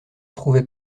trouvait